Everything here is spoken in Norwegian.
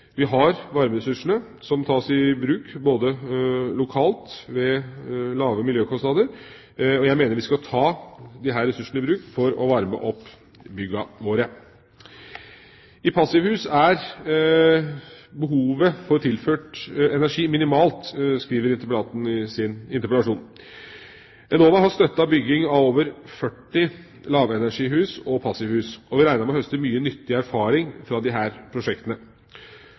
Vi har varmeressurser som kan tas i bruk lokalt, med lave miljøkostnader. Jeg mener vi skal ta disse ressursene i bruk for å varme opp byggene våre. I passivhus er behovet for tilført energi minimalt, skriver interpellanten i sin interpellasjon. Enova har støttet bygging av over 40 lavenergihus og passivhus, og vi regner med å høste mye nyttig erfaring fra disse prosjektene.